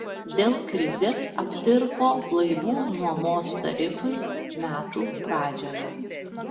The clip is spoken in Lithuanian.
dėl krizės aptirpo laivų nuomos tarifai metų pradžioje